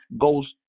goes